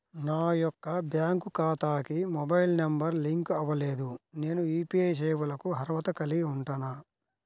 నా యొక్క బ్యాంక్ ఖాతాకి మొబైల్ నంబర్ లింక్ అవ్వలేదు నేను యూ.పీ.ఐ సేవలకు అర్హత కలిగి ఉంటానా?